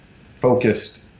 focused